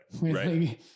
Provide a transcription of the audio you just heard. Right